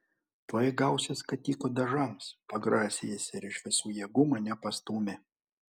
tuoj gausi skatikų dažams pagrasė jis ir iš visų jėgų mane pastūmė